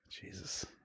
Jesus